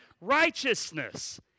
righteousness